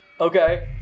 Okay